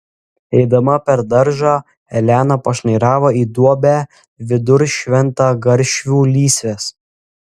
eidama per daržą elena pašnairavo į duobę vidur šventagaršvių lysvės